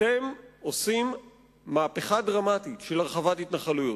אתם עושים מהפכה דרמטית של הרחבת התנחלויות.